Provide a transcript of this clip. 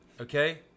okay